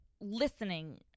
listening